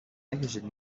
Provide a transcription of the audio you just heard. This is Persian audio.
نکشین